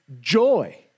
joy